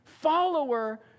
Follower